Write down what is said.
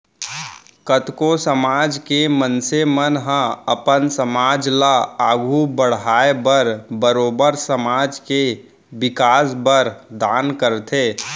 कतको समाज के मनसे मन ह अपन समाज ल आघू बड़हाय बर बरोबर समाज के बिकास बर दान करथे